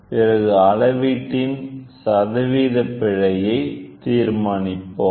பிறகு அளவீட்டின் சதவீத பிழையை தீர்மானிப்போம்